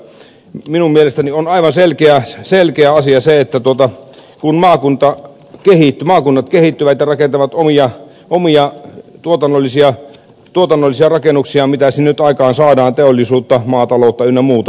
minun mielestäni on aivan selkeä asia se että kun maakunnat kehittyvät ja rakentavat omia tuotannollisia rakennuksiaan mitä sinne nyt aikaansaadaan teollisuutta maataloutta ynnä muuta